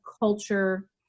culture